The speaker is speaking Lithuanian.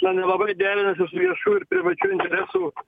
na nelabai derinasi su viešų ir privačių interesų